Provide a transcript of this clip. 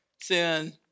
sin